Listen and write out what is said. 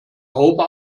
haube